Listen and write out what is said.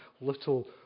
little